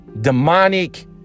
demonic